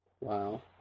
Wow